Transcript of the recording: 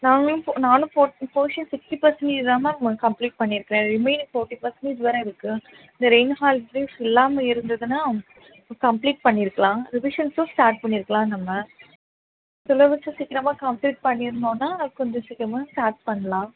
நாங்களும் போ நானும் போ போர்ஷன் சிக்ஸ்ட்டி பெர்சன்டேஜ் தான் மேம் கம்ப்ளீட் பண்ணி இருக்கிறேன் ரிமைனிங் ஃபார்ட்டி பெர்சன்டேஜ் இருக்கு இந்த ரெயினி ஹாலிடேஸ் இல்லாமல் இருந்ததுன்னா கம்ப்ளீட் பண்ணி இருக்கலாம் ரிவிஷன்ஸ்ஸும் ஸ்டார்ட் பண்ணி இருக்கலாம் நம்ம சிலபஸும் சீக்கரமாக கம்ப்ளீட் பண்ணி இருந்தோன்னா கொஞ்சம் சீக்கிரமாக ஸ்டார்ட் பண்ணலாம்